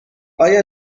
آیا